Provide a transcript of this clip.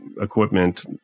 equipment